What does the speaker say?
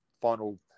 final